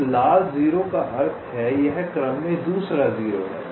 एक लाल 0 का अर्थ है यह क्रम में दूसरा 0 है